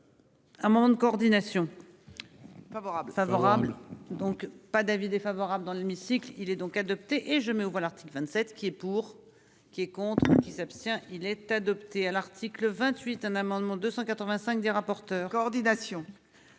Un moment de coordination. Favorable, favorable donc pas d'avis défavorable dans l'hémicycle. Il est donc adopté et je mets aux voix l'article 27 qui est pour. Qui est contre qui s'abstient. Il est adopté à l'article 28, un amendement 285 des rapporteurs coordination.